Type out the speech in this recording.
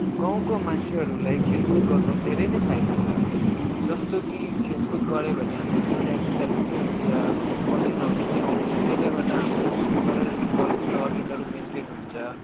गाउँको मान्छेहरूलाई खेलकुद गर्न धेरै नै फाइदा छ जस्तो कि खेलकुद गर्यो भने हाम्रो जिउले एक्सरसाइज पनि हुन्छ पसिनाहरू पनि आउँछ जसले गर्दा हाम्रो सुगर कोलोस्ट्रल यिनीहरू मेन्टेन हुन्छ